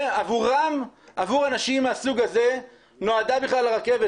עבור אנשים מהסוג הזה נועדה בכלל הרכבת,